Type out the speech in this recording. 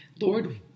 Lord